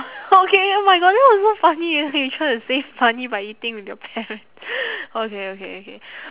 okay oh my god that was so funny you you trying to save money by eating with your parents okay okay okay